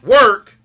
work